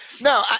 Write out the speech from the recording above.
No